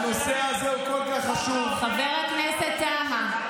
הנושא הזה הוא כל כך חשוב, חבר הכנסת טאהא.